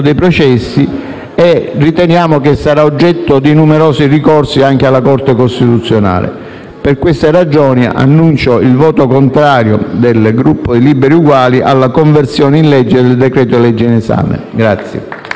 dei processi e riteniamo che sarà oggetto di numerosi ricorsi anche alla Corte costituzionale. Per queste ragioni annuncio il voto contrario del Gruppo Liberi e Uguali alla conversione in legge del decreto-legge in esame.